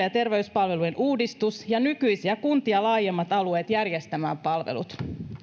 ja terveyspalvelujen uudistus ja nykyisiä kuntia laajemmat alueet järjestämään palvelut